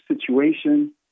situation